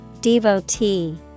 Devotee